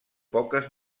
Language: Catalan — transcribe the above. poques